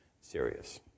serious